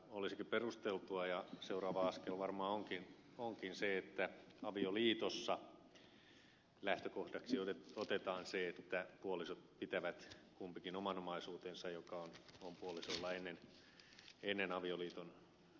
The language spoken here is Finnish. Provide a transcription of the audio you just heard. olisikin perusteltua ja seuraava askel varmaan onkin se että avioliitossa lähtökohdaksi otetaan se että puolisot pitävät kumpikin oman omaisuutensa joka on puolisoilla ennen avioliiton solmimista